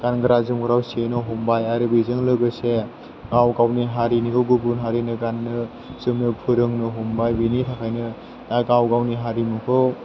गानग्रा जोमग्राखौ सेनो हमबाय आरो बेजों लोगोसे गाव गावनि हारिनिखौ गुबुन हारिनो गाननो जोमनो फोरोंनो हमबाय बिनि थाखायनो दा गावगावनि हारिमुखौ